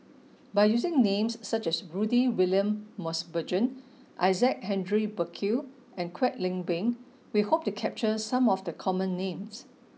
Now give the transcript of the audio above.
by using names such as Rudy William Mosbergen Isaac Henry Burkill and Kwek Leng Beng we hope to capture some of the common names